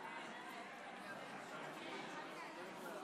אני קובע כי הצעת החוק לא